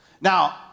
Now